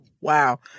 Wow